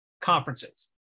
conferences